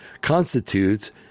constitutes